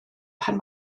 pan